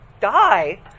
die